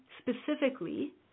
specifically